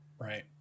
right